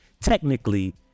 technically